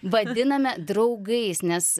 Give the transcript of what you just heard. vadiname draugais nes